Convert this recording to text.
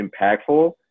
impactful